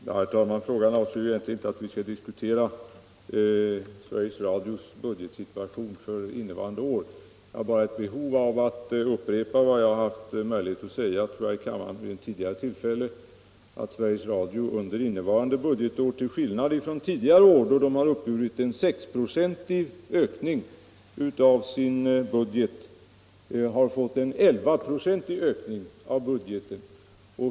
Herr talman! Frågan var inte ställd så att den ger oss anledning att diskutera Sveriges Radios situation för innevarande år. Jag har bara ett behov av att upprepa vad jag haft möjlighet att säga i kammaren vid ett tidigare tillfälle, nämligen att Sveriges Radio under innevarande bud getår, till skillnad från tidigare år då SR uppburit en 6-procentig ökning av sin budget, har fått en 11-procentig ökning av budgeten.